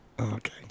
Okay